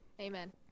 Amen